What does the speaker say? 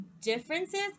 differences